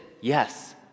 yes